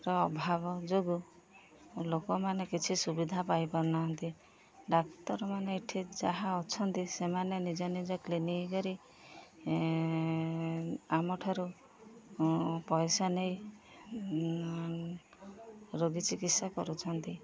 ର ଅଭାବ ଯୋଗୁଁ ଲୋକମାନେ କିଛି ସୁବିଧା ପାଇପାରୁନାହାନ୍ତି ଡାକ୍ତରମାନେ ଏଠି ଯାହା ଅଛନ୍ତି ସେମାନେ ନିଜ ନିଜ କ୍ଲିନିକ୍ କରି ଆମ ଠାରୁ ପଇସା ନେଇ ରୋଗୀ ଚିକିତ୍ସା କରୁଛନ୍ତି